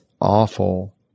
awful